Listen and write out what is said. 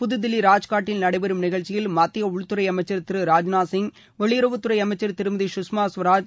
புதுதில்லி ராஜ்காட்டில் நடைபெறும் நிகழ்ச்சியில் மத்திய உள்துறை அமைச்சர் திரு ராஜ்நாத் சிங் வெளிபுறவுத்துறை அமைச்சர் திருமதி கஷ்மா கவராஜ்